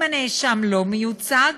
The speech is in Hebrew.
אם הנאשם לא מיוצג,